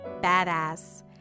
badass